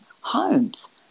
homes